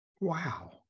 wow